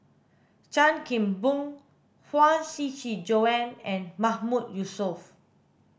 Chan Kim Boon Huang Shiqi Joan and Mahmood Yusof